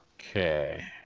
Okay